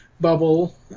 bubble